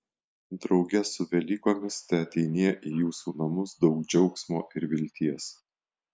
drauge su velykomis teateinie į jūsų namus daug džiaugsmo ir vilties